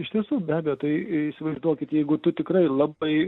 iš tiesų be abejo tai įsivaizduokit jeigu tu tikrai labai